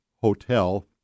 hotel